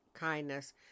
kindness